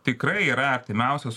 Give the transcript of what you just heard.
tikrai yra artimiausias